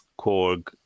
Korg